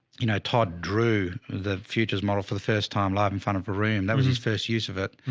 you know, todd drew the futures model for the first time live in front of a room. that was his first use of it.